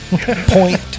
point